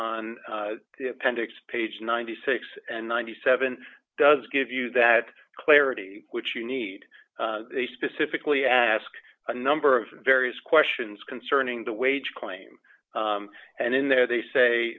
on the appendix page ninety six and ninety seven does give you that clarity which you need specifically asked a number of various questions concerning the wage claim and in there they say